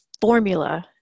formula